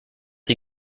die